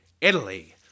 Italy